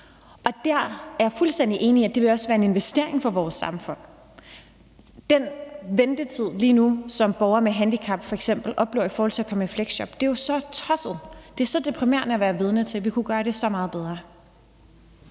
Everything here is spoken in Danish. Og der er jeg fuldstændig enig i, at det også vil være en investering for vores samfund. Den ventetid, som borgere med handicap lige nu f.eks. oplever i forhold til at komme i fleksjob, er jo så tosset. Det er så deprimerende at være vidne til. Vi kunne gøre det så meget bedre.